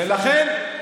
ולכן,